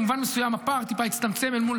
ולכן במובן מסוים הפער טיפה הצטמצם אל מול